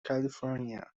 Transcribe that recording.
california